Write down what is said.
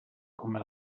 come